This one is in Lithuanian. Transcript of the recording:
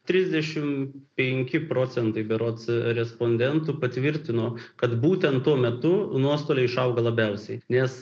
trisdešim penki procentai berods respondentų patvirtino kad būtent tuo metu nuostoliai išauga labiausiai nes